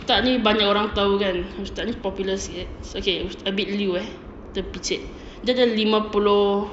ustaz ni banyak orang tahu kan ustaz ni popular sikit okay ebit liew eh terpicit dia ada lima puluh